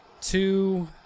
Two